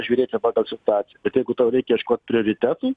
žiūrėti pagal situaciją bet jeigu tau reikia ieškot prioritetų